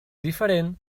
diferent